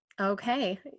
Okay